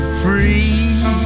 free